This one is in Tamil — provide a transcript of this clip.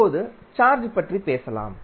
இப்போது சார்ஜ் பற்றி பேசலாம்